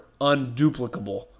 unduplicable